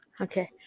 Okay